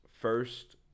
first